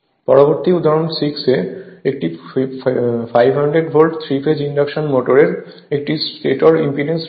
পরবর্তী উদাহরণ 6 একটি 500 ভোল্ট 3 ফেজ ইন্ডাকশন মোটরের একটি স্টেটর ইম্পিডেন্স রয়েছে